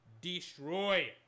Destroy